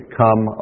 come